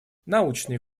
научные